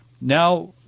now